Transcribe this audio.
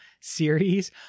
series